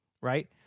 right